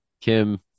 kim